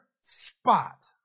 spot